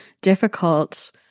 difficult